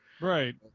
Right